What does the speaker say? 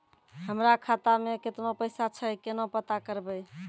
हमरा खाता मे केतना पैसा छै, केना पता करबै?